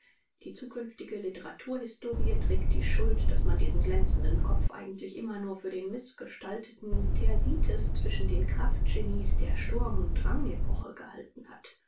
die zünftige literarhistorik trägt die schuld daß man diesen glänzenden kopf eigentlich immer nur für den mißgestalteten thersites zwischen den kraftgenies der sturm und drangepoche gehalten hat